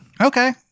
Okay